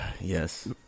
Yes